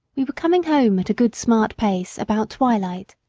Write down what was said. we were coming home at a good smart pace, about twilight.